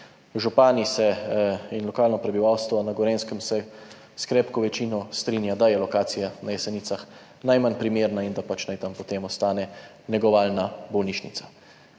župani in lokalno prebivalstvo na Gorenjskem se s krepko večino strinjajo, da je lokacija na Jesenicah najmanj primerna in da naj tam potem ostane negovalna bolnišnica.